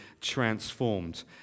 transformed